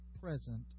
present